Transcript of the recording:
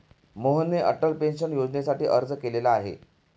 मोहनने अटल पेन्शन योजनेसाठी अर्ज केलेला आहे